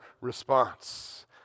response